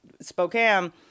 Spokane